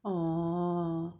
oh